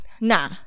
Nah